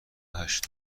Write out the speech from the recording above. هشت